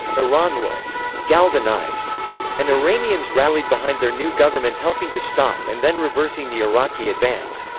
iran was galvanized and iranians rallied behind their new government helping to stop and then reversing the iraqi advance.